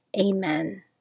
Amen